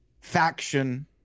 faction